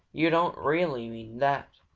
you don't really mean that!